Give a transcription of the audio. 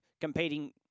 competing